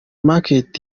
market